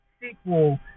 sequel